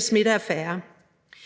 smitte af færre?